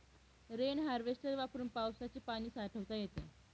rain harvester वापरून पावसाचे पाणी साठवता येते